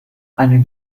einen